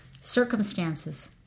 circumstances